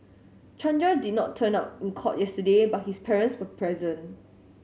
Chandra did not turn up in court yesterday but his parents were present